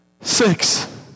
Six